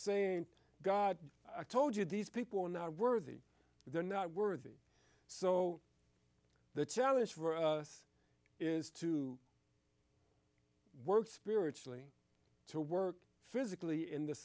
saying god i told you these people are not worthy they're not worthy so the challenge for us is to work spiritually to work physically in th